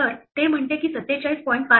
तर ते म्हणते की 47